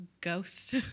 ghost